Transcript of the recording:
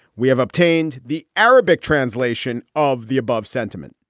we have obtained the arabic translation of the above sentiment